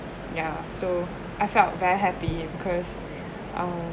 yeah so I felt very happy because uh